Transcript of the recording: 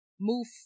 move